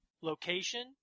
location